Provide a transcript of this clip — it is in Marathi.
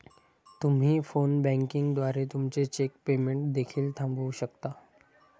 तुम्ही फोन बँकिंग द्वारे तुमचे चेक पेमेंट देखील थांबवू शकता